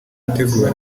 yateguwe